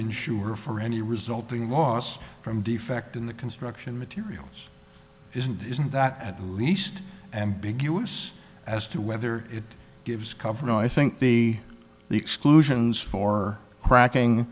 insure for any resulting loss from defect in the construction materials isn't it isn't that at least ambiguous as to whether it gives cover i think the exclusions for cracking